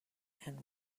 and